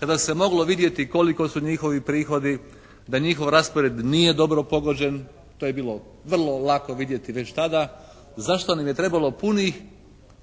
kada se moglo vidjeti koliko su njihovi prihodi. Da njihov raspored nije dobro pogođen. To je bilo vrlo lako vidjeti već tada. Zašto nam je trebalo punih